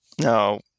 No